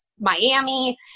Miami